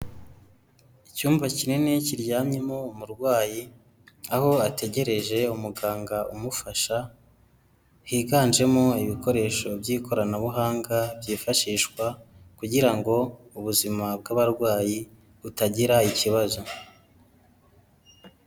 Icyumba kinini kiryamyemo umurwayi, aho ategereje umuganga umufasha, higanjemo ibikoresho by'ikoranabuhanga byifashishwa kugira ngo ubuzima bw'abarwayi butagira ikibazo.